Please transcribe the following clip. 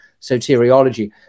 soteriology